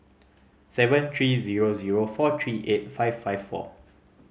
seven three zero zero four three eight five five four